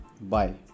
Bye